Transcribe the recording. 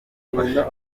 ubufasha